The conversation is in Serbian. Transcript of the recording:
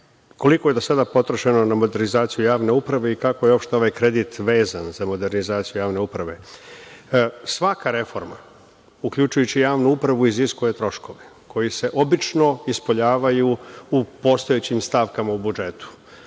koliko je do sada potrošeno na modernizaciju javne uprave i kako je uopšte ovaj kredit vezan za modernizaciju javne uprave? Svaka reforma uključujući javnu upravu iziskuje troškove koji se obično ispoljavaju u postojećim stavkama u budžetu.